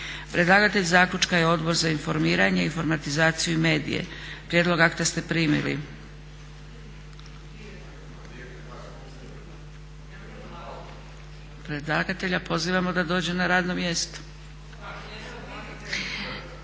Predlagatelj zaključka je Odbor za informiranje, informatizaciju i medije. Prijedlog akta ste primili. Predlagatelja pozivamo da dođe na radno mjesto.